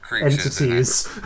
entities